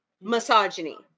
Misogyny